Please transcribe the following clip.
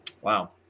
Wow